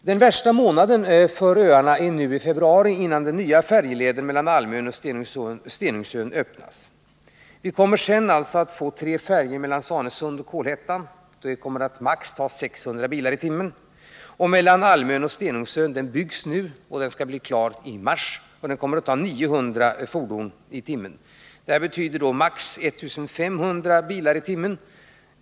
Den värsta tiden för de på öarna boende är nu i februari, innan den nya färjeleden mellan Almön och Stenungsön öppnas. Färjeleden byggs nu och skall vara klar i mars. Färjorna kommer att ta 900 fordon i timmen. Vi kommer också att få tre färjor mellan Svanösund och Kolhättan. Dessa kommer maximalt att ta 600 bilar i timmen. Det betyder sammanlagt maximalt 1 500 bilar i timmen.